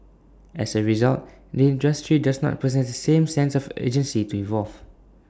as A result the industry does not possess the same sense of agency to evolve